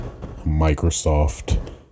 Microsoft